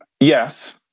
yes